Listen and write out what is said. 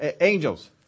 Angels